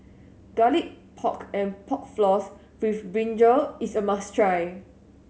Garlic Pork and Pork Floss with brinjal is a must try